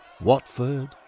Watford